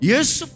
Yes